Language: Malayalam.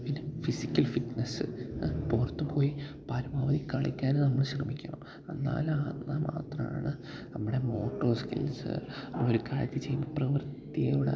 പിന്നെ ഫിസിക്കൽ ഫിറ്റ്നസ്സ് പുറത്തു പോയി പരമാവധി കളിക്കാനും നമ്മള് ശ്രമിക്കണം എന്നാല് മാത്രാണ് നമ്മുടെ മോട്ടോര് സ്കിൽസ് ഒരു കാര്യം ചെയ്യുമ്പോള് പ്രവൃത്തിയിലൂടെ